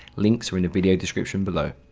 links are in the video description below.